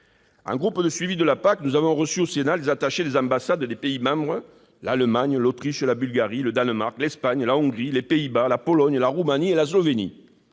du groupe de suivi de la PAC, nous avons reçu au Sénat les attachés des ambassades de plusieurs pays membres : l'Allemagne, l'Autriche, la Bulgarie, le Danemark, l'Espagne, la Hongrie, les Pays-Bas, la Pologne, la Roumanie et la Slovénie.